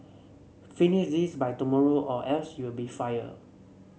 finish this by tomorrow or else you'll be fired